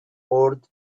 board